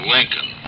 Lincoln